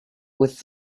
with